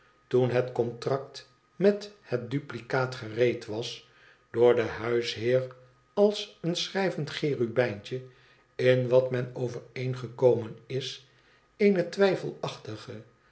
toen het contract met het duplicaat gereed was door den huisheer als een schrijvend cherubijntje in wat men overeengekomen is